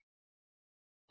ആദ്യം ജ്യാമിതീയ സമാനത അറിയാൻ